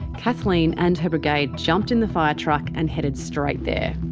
kathleen and her brigade jumped in the firetruck and headed straight there.